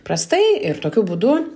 prastai ir tokiu būdu